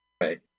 Right